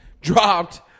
Dropped